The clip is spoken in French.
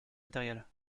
matériel